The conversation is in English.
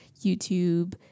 YouTube